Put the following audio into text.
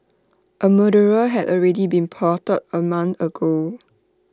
A murderer had already been plotted A month ago